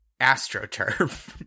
AstroTurf